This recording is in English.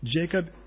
Jacob